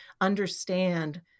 understand